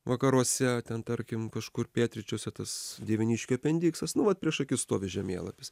vakaruose ten tarkim kažkur pietryčiuose tas dieveniškių apendiksas nu vat prieš akis stovi žemėlapis